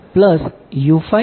0 plus